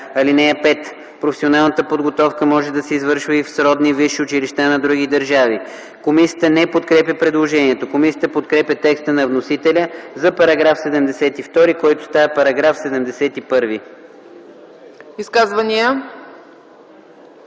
„(5) Професионалната подготовка може да се извършва и в сродни висши училища на други държави. Комисията не подкрепя предложението. Комисията подкрепя текста на вносителя за § 72, който става § 71. ПРЕДСЕДАТЕЛ